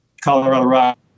Colorado